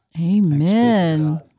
Amen